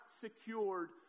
secured